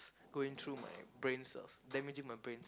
going through my brain cells damaging my brain